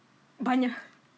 banyak